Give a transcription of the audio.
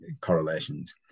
correlations